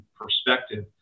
perspective